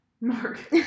Mark